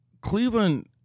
Cleveland